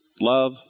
love